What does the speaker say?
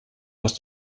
aus